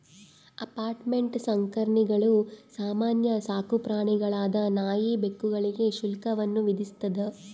apartment ಸಂಕೀರ್ಣಗಳು ಸಾಮಾನ್ಯ ಸಾಕುಪ್ರಾಣಿಗಳಾದ ನಾಯಿ ಬೆಕ್ಕುಗಳಿಗೆ ಶುಲ್ಕವನ್ನು ವಿಧಿಸ್ತದ